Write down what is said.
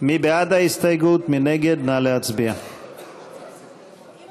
ההסתייגות של קבוצת סיעת